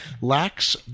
lacks